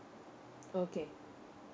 okay